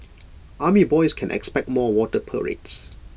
army boys can expect more water parades